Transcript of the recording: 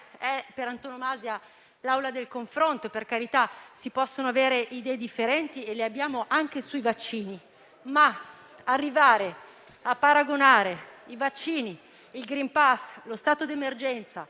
è per antonomasia l'Aula del confronto; per carità, si possono avere idee differenti - e le abbiamo anche sui vaccini - ma arrivare a paragonare i vaccini, il *green* *pass* e lo stato d'emergenza